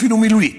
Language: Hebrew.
אפילו מילולית,